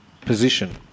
position